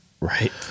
Right